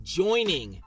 joining